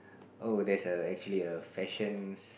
oh there's a actually fashion